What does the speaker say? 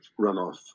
runoff